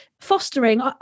Fostering